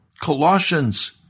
Colossians